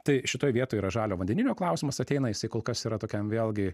tai šitoj vietoj yra žalio vandenilio klausimas ateina jisai kol kas yra tokiam vėlgi